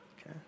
okay